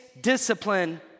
discipline